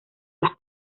las